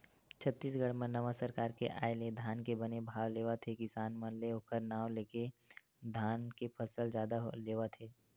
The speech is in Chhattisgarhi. छत्तीसगढ़ म नवा सरकार के आय ले धान के बने भाव लेवत हे किसान मन ले ओखर नांव लेके धान के फसल जादा लेवत हे